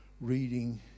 reading